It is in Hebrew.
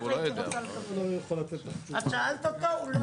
את שאלת אותו והוא לא ענה לך על השאלה.